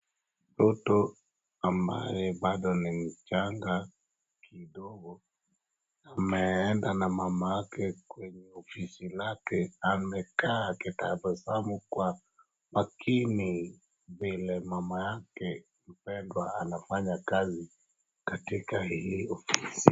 Mtoto ambaye bado ni mchanga kidogo, ameenda na mamake kwenye ofisi lake. Amekaa akitabasamu kwa makini vile mama yake mpendwa anafanya kazi katika hili ofisi.